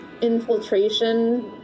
infiltration